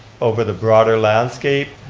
over the broader landscape,